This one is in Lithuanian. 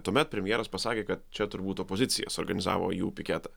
tuomet premjeras pasakė kad čia turbūt opozicija suorganizavo jų piketą